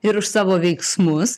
ir už savo veiksmus